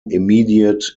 immediate